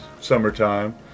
summertime